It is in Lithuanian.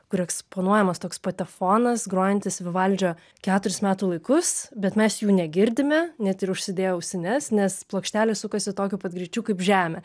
kur eksponuojamas toks patefonas grojantis vivaldžio keturis metų laikus bet mes jų negirdime net ir užsidėję ausines nes plokštelė sukasi tokiu pat greičiu kaip žemė